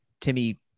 Timmy